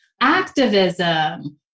activism